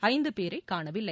ஐந்து பேரை காணவில்லை